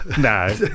No